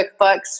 QuickBooks